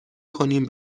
کنیم